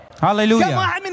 Hallelujah